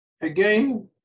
Again